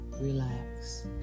relax